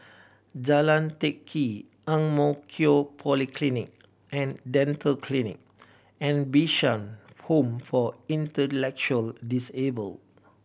Jalan Teck Kee Ang Mo Kio Polyclinic and Dental Clinic and Bishan Home for Intellectually Disabled